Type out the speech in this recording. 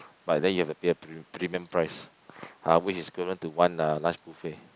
but then you have you have pay premium price uh which is equivalent to one uh lunch buffet